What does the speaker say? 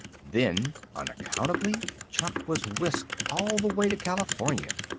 then, unaccountably, chuck was whisked all the way to california.